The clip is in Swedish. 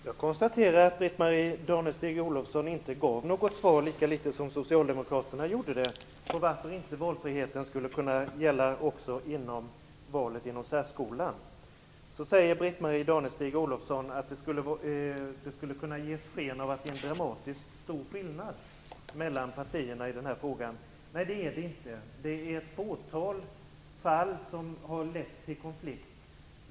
Herr talman! Jag konstaterar att Britt-Marie Danestig-Olofsson, lika litet som socialdemokraterna gjort, gav ett svar på frågan om varför valfriheten inte kunde gälla också inom särskolan. Britt-Marie Danestig-Olofsson säger att det skulle kunna ge sken av att det finns en dramatiskt stor skillnad mellan partierna i den här frågan. Nej, så är det inte. Det är ett fåtal fall som lett till konflikt.